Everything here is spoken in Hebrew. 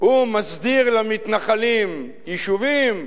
הוא מסדיר למתנחלים יישובים,